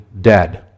dead